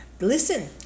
listen